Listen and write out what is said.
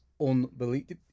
unbelievable